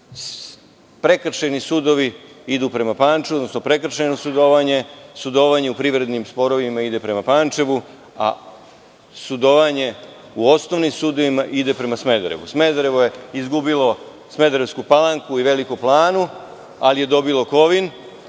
prekršajni sudovi idu prema Pančevu, odnosno sudovanje u privrednim sporovima ide prema Pančevu, a sudovanje u osnovnim sudovima ide prema Smederevu. Smederevo je izgubilo Smederevsku Palanku i Veliku Planu, ali je dobilo Kovin. Mene